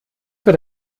wird